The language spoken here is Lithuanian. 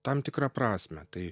tam tikrą prasmę tai